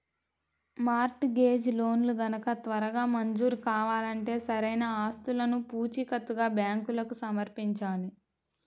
mart gauge లోన్లు గనక త్వరగా మంజూరు కావాలంటే సరైన ఆస్తులను పూచీకత్తుగా బ్యాంకులకు సమర్పించాలి